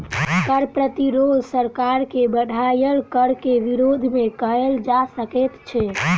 कर प्रतिरोध सरकार के बढ़ायल कर के विरोध मे कयल जा सकैत छै